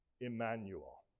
Emmanuel